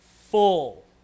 full